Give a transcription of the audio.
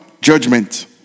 judgment